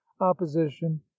opposition